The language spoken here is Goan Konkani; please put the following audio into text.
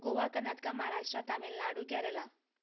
गोवा कर्नाटका महाराष्ट्रा तामिलनाडू केरला